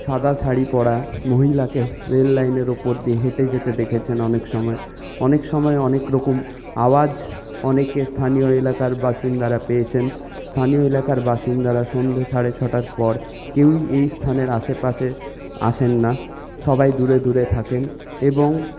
সাদা শাড়ি পরা মহিলাকে রেল লাইনের ওপর দিয়ে হেঁটে যেতে দেখেছেন অনেক সময় অনেক সময় অনেক রকম আওয়াজ অনেকে স্থানীয় এলাকার বাসিন্দারা পেয়েছেন স্থানীয় এলাকার বাসিন্দারা সন্ধে সাড়ে ছটার পর কেউই এই স্থানের আশেপাশে আসেন না সবাই দূরে দূরে থাকেন এবং